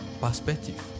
perspective